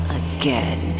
again